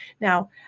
Now